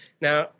Now